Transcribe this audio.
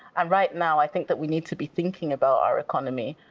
and right now, i think that we need to be thinking about our economy.